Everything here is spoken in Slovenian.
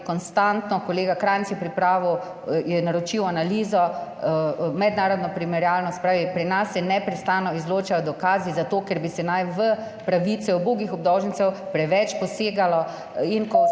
konstantno. Kolega Krajnc je pripravil, je naročil analizo, mednarodno primerjalno, se pravi pri nas se neprestano izločajo dokazi, zato ker bi se naj v pravice ubogih obdolžencev preveč posegalo, in ko